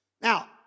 Now